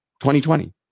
2020